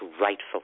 rightful